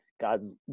God's